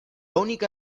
única